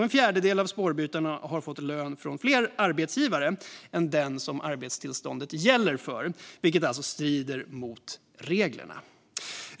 En fjärdedel av spårbytarna har fått lön från fler arbetsgivare än den som arbetstillståndet gäller för, vilket också strider mot reglerna.